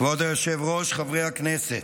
כבוד היושב-ראש, חברי הכנסת,